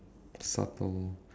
subtle